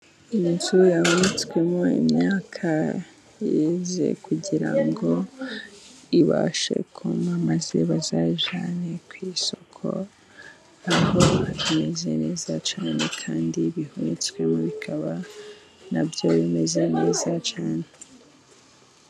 Inzu ibitswemo imyaka yeze kugira ngo ibashe kuma maze bazayijyane ku isoko, aho imeze neza cyane kandi bihunitswemo bikaba na byo bimeze neza cyane.